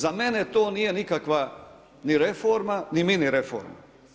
Za mene to nije nikakva ni reforma, ni mini reforma.